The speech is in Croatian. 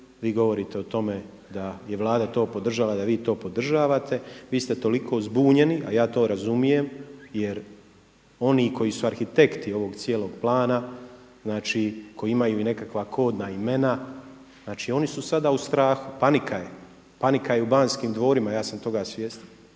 vi govorite o tome da je Vlada to podržala, da vi to podržavate. Vi ste toliko zbunjeni a ja to razumijem, jer oni koji su arhitekti ovog cijelog plana, znači koji imaju i nekakva kodna imena, znači oni su sada u strahu, panika je, panika je i u Banskim dvorima, ja sam toga svjestan.